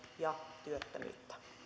ja työttömyyttä